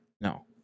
No